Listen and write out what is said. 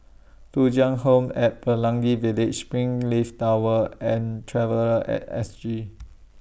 Thuja Home At Pelangi Village Springleaf Tower and Traveller At S G